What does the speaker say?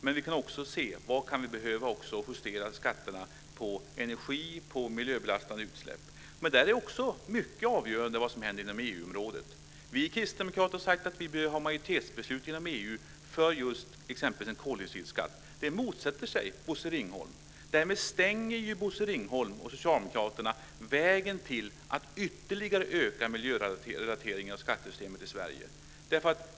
Men vi kan också se var vi kan behöva justera skatterna på energi och på miljöbelastande utsläpp. Här är det också mycket avgörande vad som händer på EU-området. Vi kristdemokrater har sagt att vi behöver ha majoritetsbeslut inom EU för just exempelvis en koldioxidskatt. Detta motsätter sig Bosse Socialdemokraterna vägen till att ytterligare öka miljörelateringen av skattesystemet i Sverige.